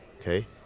Okay